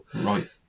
right